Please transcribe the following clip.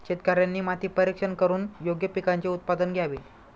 शेतकऱ्यांनी माती परीक्षण करून योग्य पिकांचे उत्पादन घ्यावे